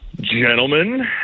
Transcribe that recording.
Gentlemen